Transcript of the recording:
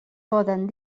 poden